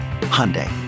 Hyundai